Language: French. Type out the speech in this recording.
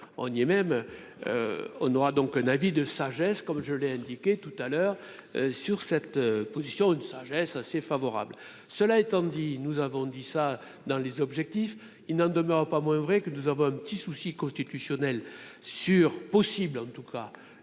on y même on aura donc un avis de sagesse comme je l'ai indiqué tout à l'heure sur cette position, une sagesse assez favorable, cela étant dit, nous avons dit ça dans les objectifs, il n'en demeure pas moins vrai que nous avons un petit souci constitutionnel sur possible, en tout cas